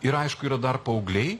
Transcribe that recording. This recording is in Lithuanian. ir aišku yra dar paaugliai